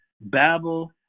Babel